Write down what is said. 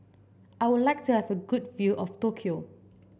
I would like to have a good view of Tokyo